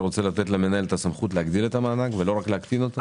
רוצה לתת למנהל את הסמכות להגדיל את המענק ולא רק להקטין אותו?